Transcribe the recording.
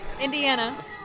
Indiana